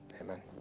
Amen